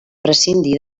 prescindir